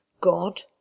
God